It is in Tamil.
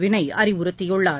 வினய் அறிவுறுத்தியுள்ளார்